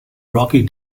rocky